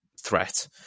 threat